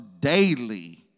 Daily